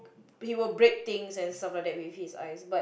he will break things and stuff like that with his eyes but